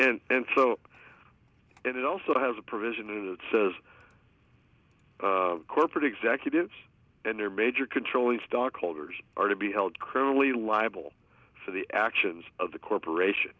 and and so and it also has a provision that says corporate executives and their major controlling stockholders are to be held criminally liable for the actions of the corporation